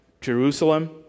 Jerusalem